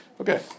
Okay